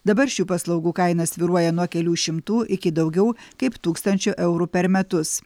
dabar šių paslaugų kaina svyruoja nuo kelių šimtų iki daugiau kaip tūkstančio eurų per metus